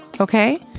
Okay